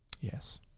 Yes